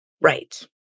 Right